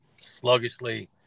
sluggishly